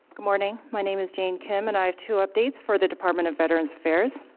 morning. my name is jane kim and i have two updates for the department of veterans affairs.